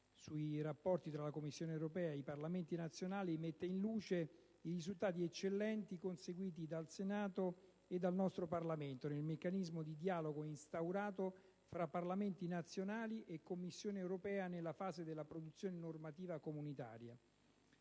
sui rapporti tra la Commissione europea e i Parlamenti nazionali, mette in luce i risultati eccellenti conseguiti dal Senato e dal nostro Parlamento nel meccanismo di dialogo instaurato fra Parlamenti nazionali e Commissione europea nella fase della produzione normativa comunitaria.